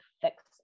fix